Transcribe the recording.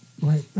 Right